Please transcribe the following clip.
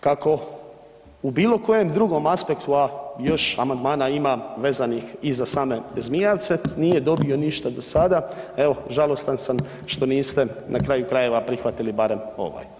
Kako u bilo kojem drugom aspektu, a još amandmana ima vezanih i za same Zmijavce, nije dobio ništa do sada, evo žalostan sam što niste na kraju krajeva prihvatili barem ovaj.